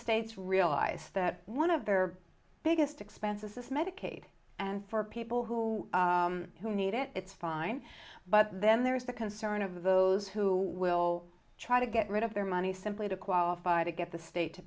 states realize that one of their biggest expenses this medicaid and for people who who need it it's fine but then there's the concern of those who will try to get rid of their money simply to qualify to get the state to